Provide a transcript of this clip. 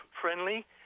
friendly